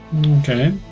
Okay